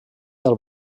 del